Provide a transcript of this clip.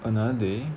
another day